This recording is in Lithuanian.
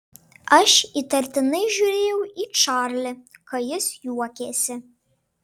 aš įtartinai žiūrėjau į čarlį kai jis juokėsi